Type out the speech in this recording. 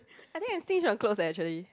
I think I stinge on clothes eh actually